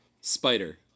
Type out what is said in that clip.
Spider